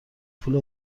پول